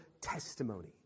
testimony